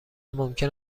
ممکن